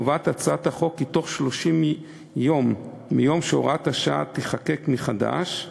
קובעת הצעת החוק כי תוך 30 יום מיום שהוראת השעה תיחקק מחדש,